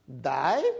Die